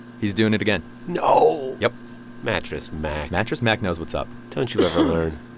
he's doing it again no yep mattress mack mattress mack knows what's up don't you ever learn?